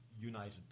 united